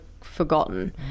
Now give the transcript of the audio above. forgotten